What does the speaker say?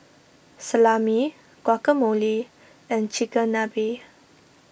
Salami Guacamole and Chigenabe